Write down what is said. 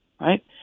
right